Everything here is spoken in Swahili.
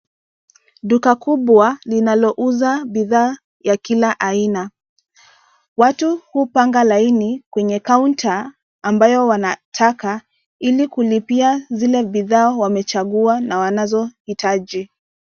Duka kubwa linalouza bidhaa ya kila aina ,watu hupanga laini kwenye kaunta ambayo wanataka ili kulipia zile bidhaa wamechagua na wanazohitaji.